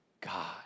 God